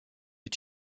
est